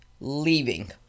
leaving